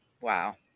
Wow